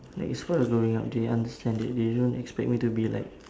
like it's part of growing up they understand it they don't expect me to be like